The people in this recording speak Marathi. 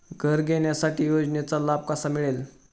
घर घेण्यासाठी योजनेचा लाभ कसा मिळेल?